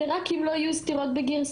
זה רק אם לא יהיו סתירות בגרסתי,